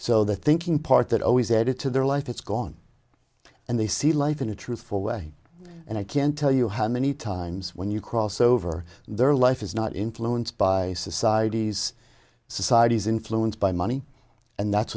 the thinking part that always added to their life it's gone and they see life in a truthful way and i can't tell you how many times when you cross over their life is not influenced by society's society's influenced by money and that's